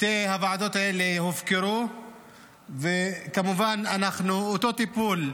שתי הוועדות האלה הופקרו לאותו טיפול,